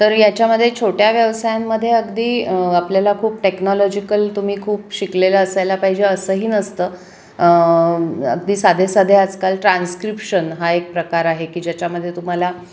तर याच्यामध्ये छोट्या व्यवसायांमध्ये अगदी आपल्याला खूप टेक्नॉलॉजिकल तुम्ही खूप शिकलेलं असायला पाहिजे असंही नसतं अगदी साधेसाधे आजकाल ट्रान्स्क्रिप्शन हा एक प्रकार आहे की ज्याच्यामध्ये तुम्हाला